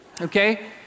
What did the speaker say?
okay